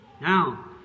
Now